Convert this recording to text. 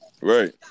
right